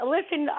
Listen